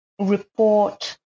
report